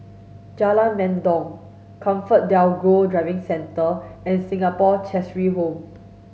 Jalan Mendong ComfortDelGro Driving Centre and Singapore Cheshire Home